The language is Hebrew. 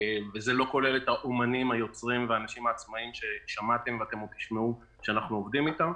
וזה לא כולל את האומנים היוצרים ואת העצמאים שאנחנו עובדים איתם.